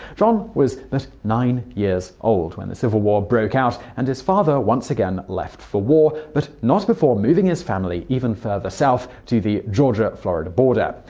john was but nine years old when the civil war broke out and his father once again left for war, but not before moving his family even further south, to the georgia-florida border.